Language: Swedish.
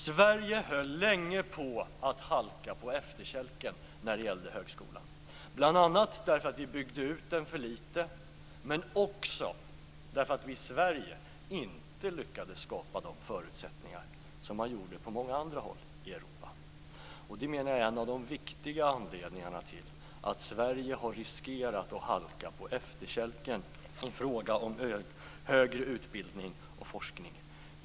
Sverige höll länge på att komma på efterkälken när det gällde högskolan, bl.a. därför att vi byggde ut den för litet, men också därför att vi i Sverige inte lyckades skapa de förutsättningar som man gjorde på många andra håll i Europa. Det menar jag är en av de viktiga anledningarna till att Sverige har riskerat att komma på efterkälken i fråga om högre utbildning och forskning.